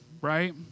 right